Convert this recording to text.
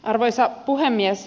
arvoisa puhemies